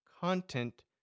content